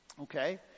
Okay